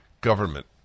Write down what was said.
government